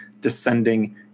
Descending